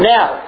Now